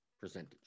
percentage